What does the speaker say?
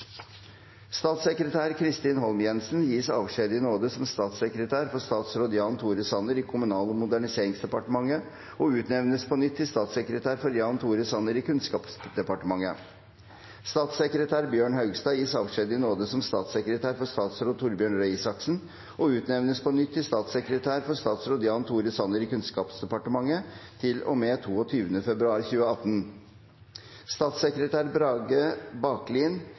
Statssekretær Kristin Holm Jensen gis avskjed i nåde som statssekretær for statsråd Jan Tore Sanner i Kommunal- og moderniseringsdepartementet og utnevnes på nytt til statssekretær for Jan Tore Sanner i Kunnskapsdepartementet. Statssekretær Bjørn Haugstad gis avskjed i nåde som statssekretær for statsråd Torbjørn Røe Isaksen og utnevnes på nytt til statssekretær for statsråd Jan Tore Sanner i Kunnskapsdepartementet til og med 22. februar 2018. Statssekretær Brage Baklien